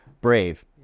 brave